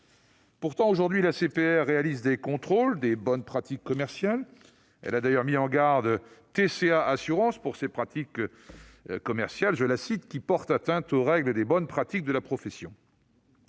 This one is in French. Pourtant, aujourd'hui, l'ACPR réalise des contrôles des bonnes pratiques commerciales. Elle a d'ailleurs mis en garde TCA Assurances pour ses pratiques commerciales « qui portent atteinte aux règles de bonnes pratiques de la profession ».